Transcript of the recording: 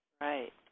Right